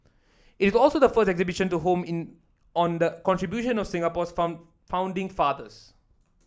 it's also the first such exhibition to home in on the contribution of Singapore's founding fathers